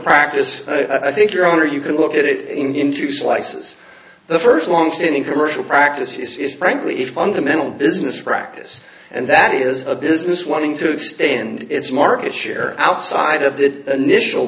practice i think your own or you can look at it into slices the first longstanding commercial practice is frankly if fundamental business practice and that is a business wanting to expand its market share outside of that initial